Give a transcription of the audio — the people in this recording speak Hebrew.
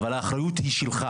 אבל האחריות היא של המפכ"ל.